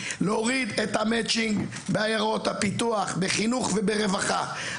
להוריד את המצ'ינג מעיירות הפיתוח בחינוך וברווחה,